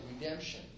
redemption